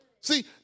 See